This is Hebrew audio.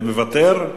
מוותר?